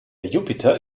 jupiter